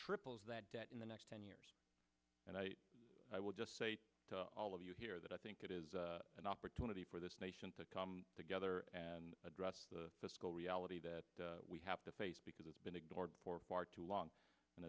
triples that debt in the next ten years and i i will just say to all of you here that i think it is an opportunity for this nation to come together and address the fiscal reality that we have to face because it's been ignored for far too long and